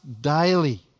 daily